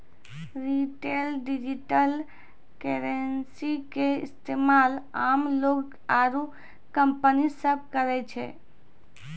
retail digital currency के इस्तेमाल आम लोग आरू कंपनी सब करै छै